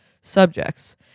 subjects